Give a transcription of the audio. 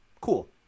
cool